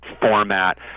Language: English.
format